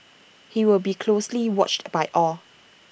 he will be closely watched by all